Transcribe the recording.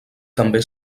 també